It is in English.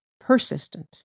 persistent